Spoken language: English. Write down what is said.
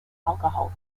alcohol